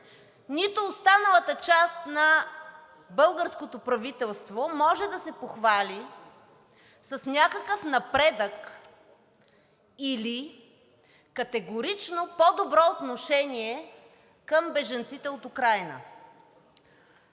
нито останалата част на българското правителство може да се похвали с някакъв напредък или категорично по-добро отношение към бежанците от Украйна.